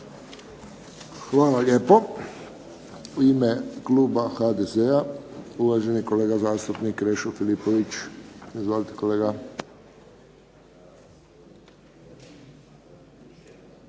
Hvala lijepo. U ime kluba HDZ-a uvaženi kolega zastupnik Krešo Filipović. Izvolite kolega.